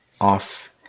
off